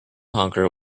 honker